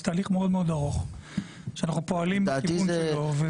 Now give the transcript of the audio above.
זה תהליך מאוד מאוד ארוך שאנחנו פועלים על תיקון שלו.